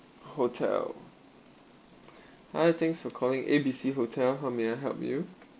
hotel hi thanks for calling A_B_C hotel how may I help you